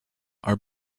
are